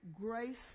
grace